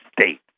state